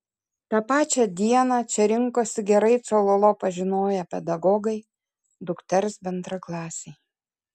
tą pačią dieną čia rinkosi gerai cololo pažinoję pedagogai dukters bendraklasiai